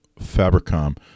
Fabricom